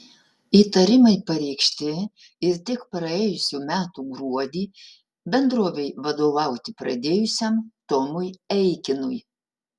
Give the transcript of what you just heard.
įtarimai pareikšti ir tik praėjusių metų gruodį bendrovei vadovauti pradėjusiam tomui eikinui